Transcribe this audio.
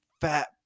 fat